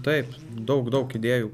taip daug daug idėjų